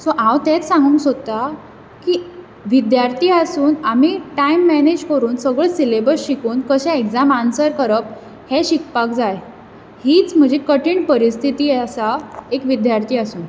so हांव तेंच सांगूक सोदतां की विद्यार्थी आसून आमी टायम मेनेज करून सगळो सिलेबस शिकून कसो एक्जाम आनसर करप हें शिकपाक जाय हीच म्हजी कठीण परिस्थिती आसा एक विद्यार्थी आसून